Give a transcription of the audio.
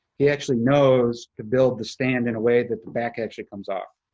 he actually knows to build the stand in a way that the back edge, it comes off.